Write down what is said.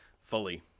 fully